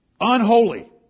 Unholy